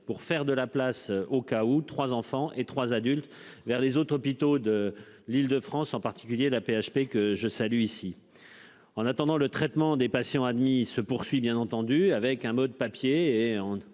pour faire de la place au cas où 3 enfants et 3 adultes vers les autres hôpitaux de l'Île-de-France, en particulier l'AP-HP que je salue ici. En attendant le traitement des patients admis se poursuit bien entendu avec un mot de papier